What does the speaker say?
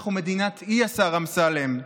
אנחנו מדינת אי, השר אמסלם.